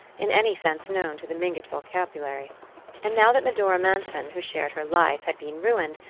in any sense known to the mingott vocabulary and now that medora manson, who shared her life, had been ruined,